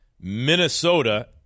Minnesota